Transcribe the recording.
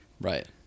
right